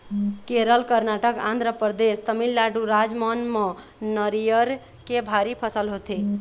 केरल, करनाटक, आंध्रपरदेस, तमिलनाडु राज मन म नरियर के भारी फसल होथे